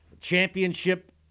championship